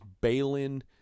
Balin